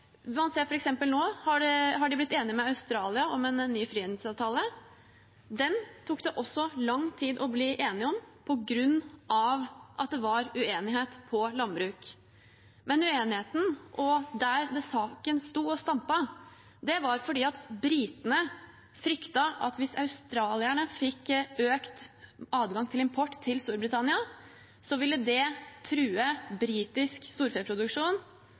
har de nå blitt enige med Australia om en ny frihandelsavtale. Den tok det også lang tid å bli enige om, på grunn av at det var uenighet om landbruk. Men uenigheten, der saken sto og stampet, handlet om at britene fryktet at hvis australierne fikk økt adgang til eksport til Storbritannia, ville det true britisk storfeproduksjon,